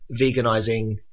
veganizing